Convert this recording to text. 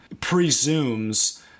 presumes